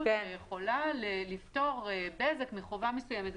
והיא יכולה לפטור את בזק מחובה מסוימת,